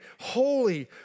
Holy